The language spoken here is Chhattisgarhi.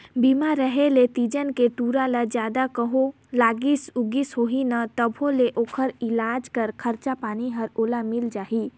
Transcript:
बीमा रेहे ले तीजन के टूरा ल जादा कहों लागिस उगिस होही न तभों ले ओखर इलाज के खरचा पानी हर ओला मिल जाही